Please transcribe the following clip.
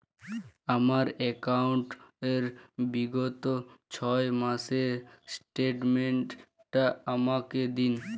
আমার অ্যাকাউন্ট র বিগত ছয় মাসের স্টেটমেন্ট টা আমাকে দিন?